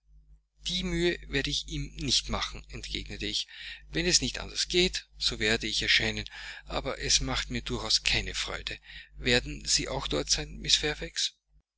die mühe werde ich ihm nicht machen entgegnete ich wenn es nicht anders geht so werde ich erscheinen aber es macht mir durchaus keine freude werden sie auch dort sein